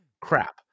crap